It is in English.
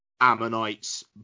Ammonite's